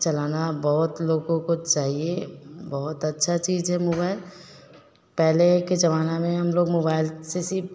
चलाना बहुत लोगों को चाहिए बहुत अच्छी चीज़ है मोबाइल पहले के ज़माने में हम लोग मोबाइल से सिर्फ